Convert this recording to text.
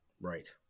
right